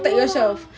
!wah!